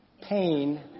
pain